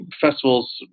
festivals